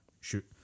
shoot